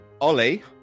Ollie